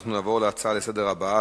אנחנו נעבור להצעות לסדר-היום הבאות: